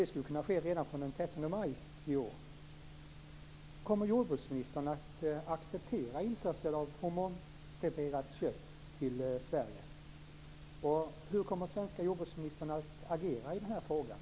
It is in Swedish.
Det skulle kunna ske redan från den 13 maj i år.